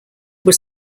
was